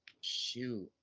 Shoot